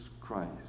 Christ